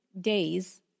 days